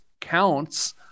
counts